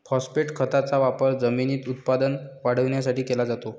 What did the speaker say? phosphate खताचा वापर जमिनीत उत्पादन वाढवण्यासाठी केला जातो